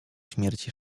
śmierci